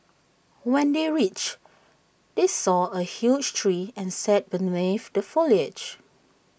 when they reached they saw A huge tree and sat beneath the foliage